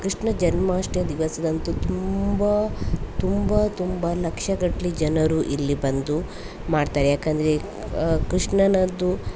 ಕೃಷ್ಣ ಜನ್ಮಾಷ್ಟ ದಿವಸದಂದು ತುಂಬ ತುಂಬ ತುಂಬ ಲಕ್ಷಗಟ್ಟಲೆ ಜನರು ಇಲ್ಲಿ ಬಂದು ಮಾಡ್ತಾರೆ ಯಾಕಂದರೆ ಕೃಷ್ಣನದ್ದು